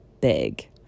big